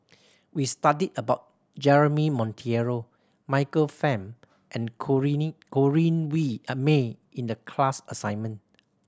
we studied about Jeremy Monteiro Michael Fam and Corrinne Way of May in the class assignment